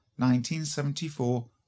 1974